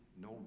no